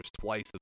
twice